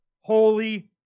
holy